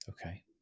okay